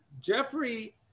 Jeffrey